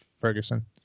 Ferguson